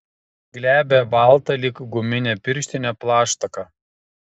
glebią baltą lyg guminė pirštinė plaštaką